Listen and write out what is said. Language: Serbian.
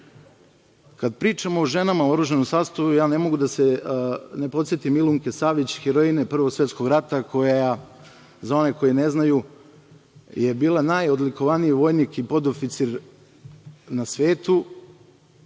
pričamo o ženama u oružanom sastavu, ja ne mogu da se ne podsetim Milunke Savić, heroine Prvog svetskog rata, koja, za one koji ne znaju, je bila najodlikovaniji vojnik i podoficir na svetu.